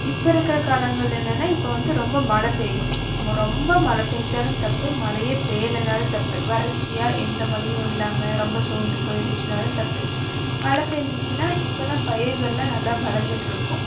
இப்போ இருக்கிற காலங்கள் என்னென்னா இப்போ வந்து ரொம்ப மழை பெயும் மோ ரொம்ப மழை பெஞ்சாலும் தப்பு மழையே பெயலனாலும் தப்பு வறட்சியாக எந்த மழையும் இல்லாமல் ரொம்ப சோர்ந்து போய் இருந்துச்சுனாலும் தப்பு மழை பெஞ்சிச்சினா இப்போ தான் பயிர்களெல்லாம் நல்லா வளர்ந்துட்ருக்கும்